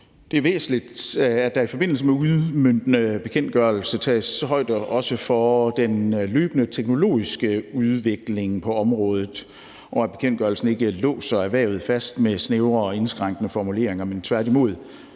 Det er væsentligt, at der i forbindelse med den udmøntende bekendtgørelse tages højde for den løbende teknologiske udvikling på området, og at bekendtgørelsen ikke låser erhvervet fast med snævre og indskrænkende formuleringer, men tværtimod